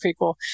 prequel